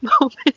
moment